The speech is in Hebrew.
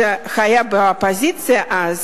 שהיה באופוזיציה אז,